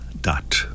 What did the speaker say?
dot